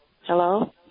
Hello